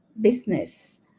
business